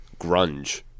grunge